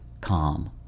calm